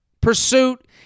pursuit